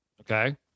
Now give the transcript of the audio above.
Okay